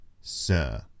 Sir